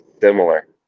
similar